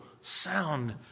sound